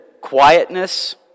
quietness